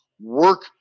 work